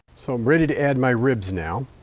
so i'm ready to add my ribs now.